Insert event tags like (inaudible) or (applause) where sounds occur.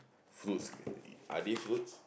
fruits (noise) are they fruits